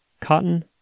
cotton